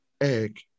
egg